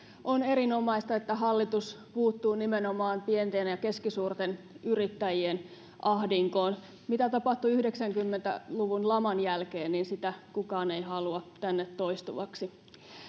on erinomaista että hallitus puuttuu nimenomaan pienten ja keskisuurten yrittäjien ahdinkoon mitä tapahtui yhdeksänkymmentä luvun laman jälkeen sitä kukaan ei halua tänne toistuvaksi